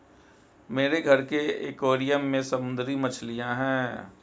मेरे घर के एक्वैरियम में समुद्री मछलियां हैं